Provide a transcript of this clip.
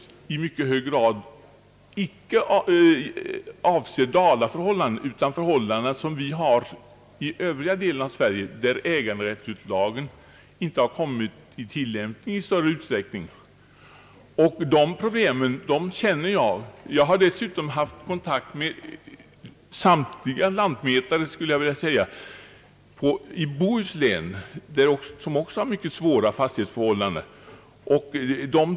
Det gäller här problem som icke bara avser förhållanden i Dalarna utan i mycket högre grad förhållanden i övriga delar av Sverige, där äganderättsutredningslagen inte kommit att tillämpas i någon större utsträckning. Dessa problem känner jag väl till. Jag har dessutom haft kontakt med snart sagt samtliga lantmätare i Bohuslän, där det också finns mycket svåra fastighetsförhållanden att reda ut.